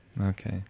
Okay